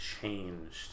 changed